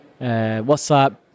WhatsApp